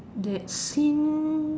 that scene